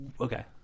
Okay